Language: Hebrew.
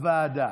הוועדה,